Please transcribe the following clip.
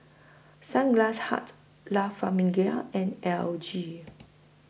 Sunglass Hut La Famiglia and L G